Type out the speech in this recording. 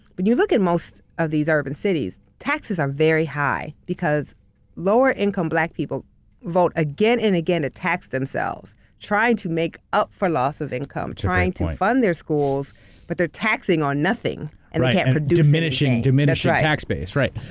but you look at most of these urban cities taxes are very high because lower income black people vote again and again to tax themselves trying to make up for loss of income, trying to fund their schools but they're taxing on nothing and they can't produce. diminishing diminishing tax base, right.